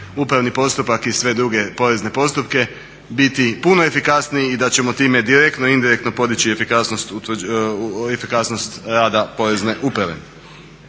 upravni postupak i sve druge porezne postupke biti puno efikasniji i da ćemo time direktno i indirektno podići efikasnost rada porezne uprave.